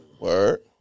Word